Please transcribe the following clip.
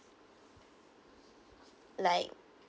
like